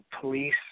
police